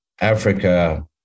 Africa